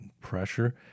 pressure